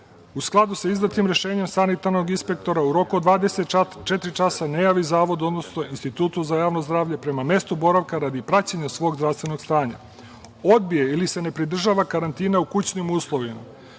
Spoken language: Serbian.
u skladu sa izdatim rešenjem sanitarnog inspektora u roku od 24 časa ne javi zavodu, odnosno institutu za javno zdravlju prema mestu boravaka radi praćenja svog zdravstvenog stanja, odbije ili se ne pridržava karantina u kućnim uslovima